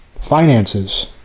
finances